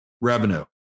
revenue